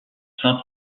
saint